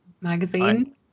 magazine